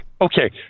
Okay